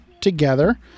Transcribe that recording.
together